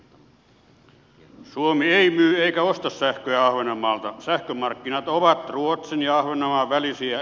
suomi ei myy eikä osta sähköä ahvenanmaalta sähkömarkkinat ovat ruotsin ja ahvenanmaan välisiä